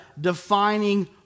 defining